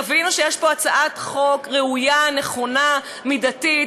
תבינו שיש כאן הצעת חוק ראויה, נכונה, מידתית.